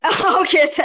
Okay